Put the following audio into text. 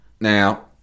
Now